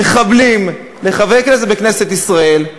"מחבלים" לחברי כנסת בכנסת ישראל,